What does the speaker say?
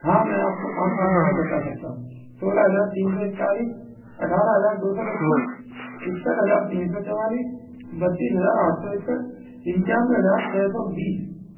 हाँ मैं आप को पाँच संख्याएँ बता सकता हूँ सोलह हज़ार तीन सौ इकतालिस अट्ठारह हज़ार दो सौ छत्तीस इकसठ हज़ार तीन सौ चौवालिस बत्तीस हज़ार आठ सौ इकसठ पंचानवे हज़ार छेह सौ बीस